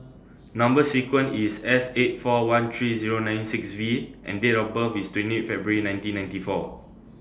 Number sequence IS S eight four one three Zero nine six V and Date of birth IS twenty February nineteen ninety four